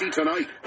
Tonight